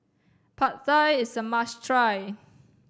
Pad Thai is a must try